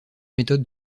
méthodes